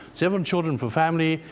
seven children four family.